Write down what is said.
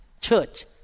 church